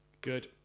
Good